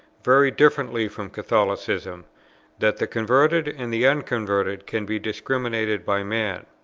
very differently from catholicism that the converted and the unconverted can be discriminated by man,